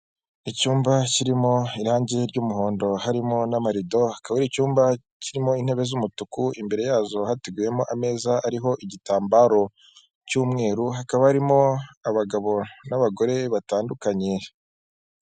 Icyumba kirimo irangi ry'umuhondo harimo n'amarido, akaba icyumba kirimo intebe z'umutuku, imbere yazo hateguyewemo ameza ariho igitambaro cy'umweru, hakaba harimo abagabo n'abagore batandukanye.